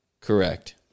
Correct